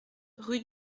rue